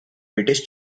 british